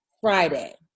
Friday